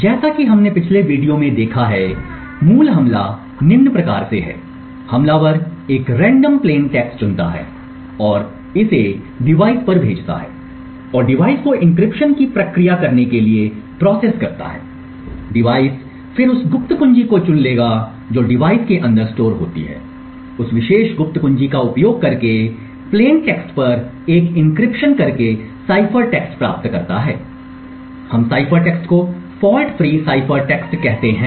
जैसा कि हमने पिछले वीडियो में देखा है मूल हमला निम्न प्रकार से है हमलावर एक रेंडम प्लेन टेक्स्ट चुनता है और इसे डिवाइस पर भेजता है और डिवाइस को एन्क्रिप्शन की प्रक्रिया करने के लिए प्रोसेस करता है डिवाइस फिर उस गुप्त कुंजी को चुन लेगा जो डिवाइस के अंदर स्टोर होती है उस विशेष गुप्त कुंजी का उपयोग करके प्लेन टेक्स्ट पर एक एन्क्रिप्शन कर के साइफर टेक्स्ट प्राप्त करता है हम साइफर टेक्स्ट को फॉल्ट फ्री साइफर टेक्स्ट कहते हैं